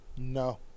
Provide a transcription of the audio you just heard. No